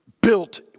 built